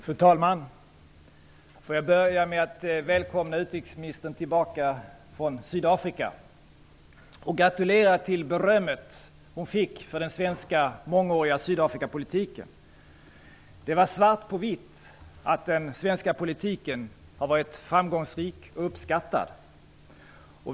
Fru talman! Låt mig börja med att välkomna utrikesministern tillbaka från Sydafrika och gratulera till berömmet hon fick för den mångåriga svenska sydafrikapolitiken. Det var svart på vitt att den svenska politiken har varit framgångsrik och uppskattad.